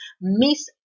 miss